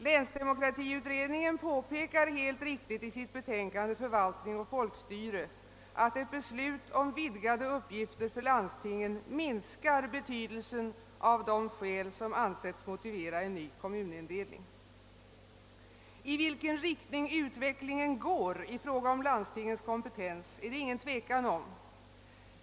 Länsdemokratiutredningen påpekar helt riktigt i sitt betänkande »Förvaltning och folkstyre», att ett beslut om vidgade uppgifter för landstingen minskar betydelsen av de skäl som ansetts motivera en ny kommunindelning. I vilken riktning utvecklingen går i fråga om landstingens kompetens är det inget tvivel om.